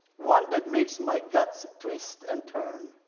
one that makes my guts twist and turn.